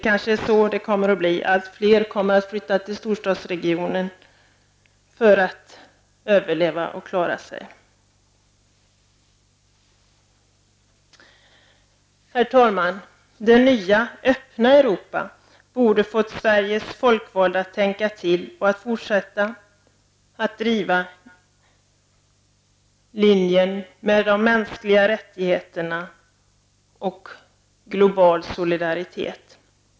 Och det blir kanske så, att allt fler flyttar till storstadsregionerna för att kunna överleva, för att klara sig. Herr talman! Det nya öppna Europa borde få Sveriges folkvalda att tänka efter och att fortsätta att arbeta för den linje som gäller de mänskliga rättigheterna och global solidaritet.